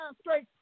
straight